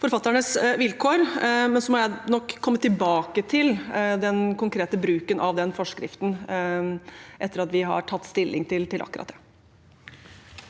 forfatternes vilkår. Jeg må nok komme tilbake til den konkrete bruken av den forskriften etter at vi har tatt stilling til akkurat det.